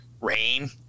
rain